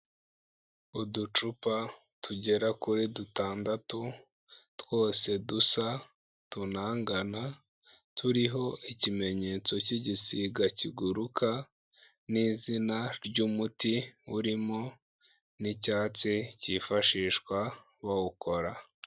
Uducupa tugera kuri dutandatu, twose dusa, tunangana, turiho ikimenyetso cy'igisiga kiguruka n'izina ry'umuti urimo n'icyatsi cyifashishwa bawukora.